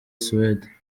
suède